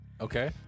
Okay